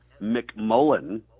McMullen